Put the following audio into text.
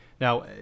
Now